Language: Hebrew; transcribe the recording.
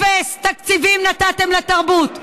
אפס תקציבים נתתם לתרבות.